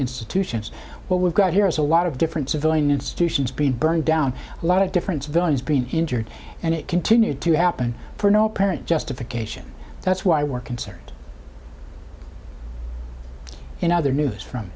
institutions what we've got here is a lot of different civilian institutions being burned down a lot of different civilians been injured and it continued to happen for no apparent justification that's why we're concerned in other news from